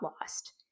lost